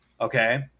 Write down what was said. Okay